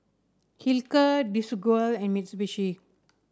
Hilker Desigual and Mitsubishi